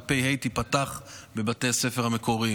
ותשפ"ה תיפתח בבתי ספר המקוריים.